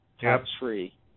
tax-free